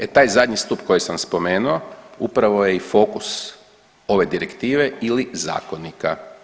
E taj zadnji stup koji sam spomenuo upravo je i fokus ove direktive ili zakonika.